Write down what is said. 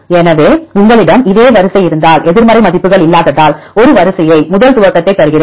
எனவே உங்களிடம் இதே வரிசை இருந்தால் எதிர்மறை மதிப்புகள் இல்லாததால் ஒரு வரிசையை முதல் துவக்கத்தை தருகிறேன்